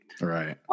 Right